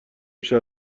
میشه